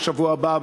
בשבוע הבא,